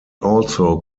also